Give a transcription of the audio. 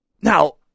Now